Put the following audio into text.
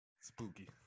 spooky